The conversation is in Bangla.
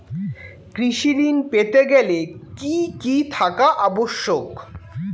কৃষি ঋণ পেতে গেলে কি কি থাকা আবশ্যক?